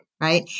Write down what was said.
right